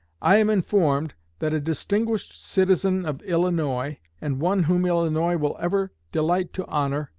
i am informed that a distinguished citizen of illinois, and one whom illinois will ever delight to honor,